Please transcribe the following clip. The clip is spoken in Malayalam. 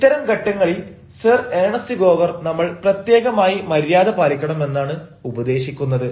ഇത്തരം ഘട്ടങ്ങളിൽ സർ ഏണസ്റ്റ് ഗോവർ നമ്മൾ പ്രത്യേകമായി മര്യാദ പാലിക്കണമെന്നാണ് ഉപദേശിക്കുന്നത്